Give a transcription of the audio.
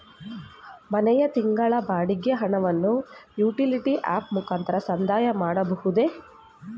ಮನೆಯ ತಿಂಗಳ ಬಾಡಿಗೆ ಹಣವನ್ನು ಯುಟಿಲಿಟಿ ಆಪ್ ಮುಖಾಂತರ ಸಂದಾಯ ಮಾಡಬಹುದೇ?